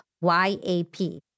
Y-A-P